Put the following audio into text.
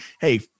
Hey